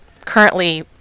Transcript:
currently